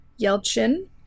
Yelchin